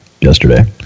yesterday